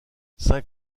saint